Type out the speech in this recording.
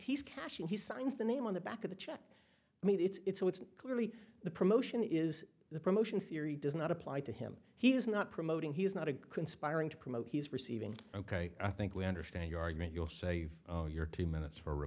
he's cashing he signs the name on the back of the check i mean it's so it's clearly the promotion is the promotion theory does not apply to him he is not promoting he's not a conspiring to promote he's receiving ok i think we understand your argument you'll save your two minutes for